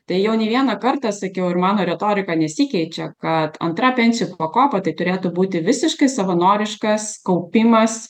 tai jau ne vieną kartą sakiau ir mano retorika nesikeičia kad antra pensijų pakopa tai turėtų būti visiškai savanoriškas kaupimas